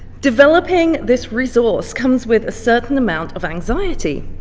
developing this resource comes with a certain amount of anxiety.